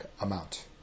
amount